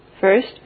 first